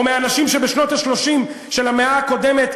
או מהאנשים שבשנות ה-30 של המאה הקודמת,